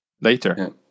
later